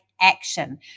action